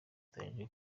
iteganyijwe